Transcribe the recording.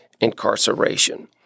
incarceration